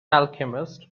alchemist